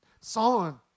Solomon